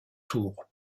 tour